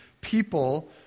people